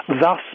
Thus